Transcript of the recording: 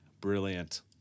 Brilliant